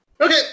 Okay